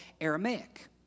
Aramaic